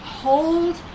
hold